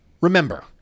remember